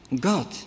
God